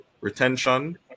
retention